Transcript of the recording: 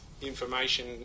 information